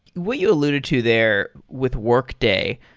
what you alluded to there with workday,